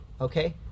okay